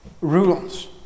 rules